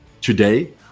Today